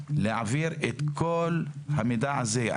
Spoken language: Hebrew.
להעביר את כל המידע הזה.